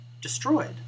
destroyed